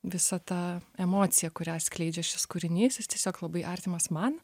visa ta emocija kurią skleidžia šis kūrinys jis tiesiog labai artimas man